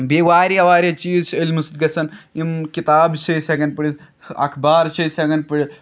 بیٚیہِ واریاہ واریاہ چیٖز چھِ علمہٕ سۭتۍ گَژھان یِم کِتابہٕ چھِ أسۍ ہٮ۪کان پٔرِتھ اخبار چھِ أسۍ ہٮ۪کان پٔرِتھ